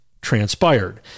transpired